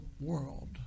world